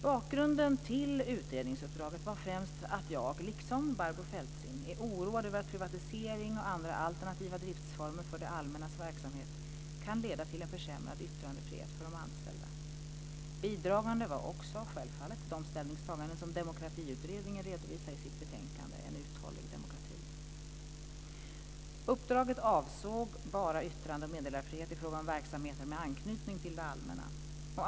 Bakgrunden till utredningsuppdraget var främst att jag - liksom Barbro Feltzing - är oroad över att privatisering och andra alternativa driftsformer för det allmännas verksamhet kan leda till en försämrad yttrandefrihet för de anställda. Bidragande var självfallet också de ställningstaganden som Demokratiutredningen redovisar i sitt betänkande En uthållig demokrati! . Uppdraget avsåg bara yttrande och meddelarfrihet i fråga om verksamheter med anknytning till det allmänna.